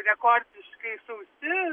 rekordiškai sausi